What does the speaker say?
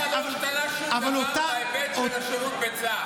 איך לא השתנה שום דבר בהיבט של השירות בצה"ל?